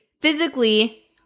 physically